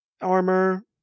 armor